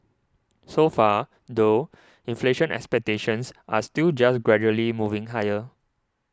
so far though inflation expectations are still just gradually moving higher